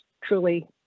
truly